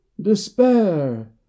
DESPAIR